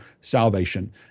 salvation